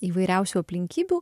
įvairiausių aplinkybių